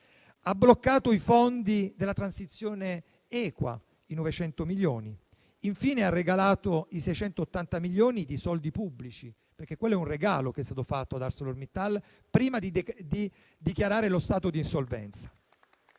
poi bloccato i fondi della transizione equa, i 900 milioni; infine, ha regalato i 680 milioni di soldi pubblici, perché quello è un regalo che è stato fatto ad ArcelorMittal prima di dichiarare lo stato di insolvenza.